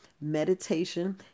meditation